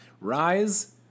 Rise